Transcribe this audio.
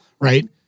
Right